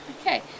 Okay